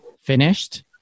finished